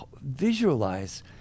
visualize